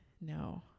no